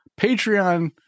Patreon